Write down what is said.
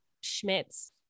Schmitz